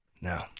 No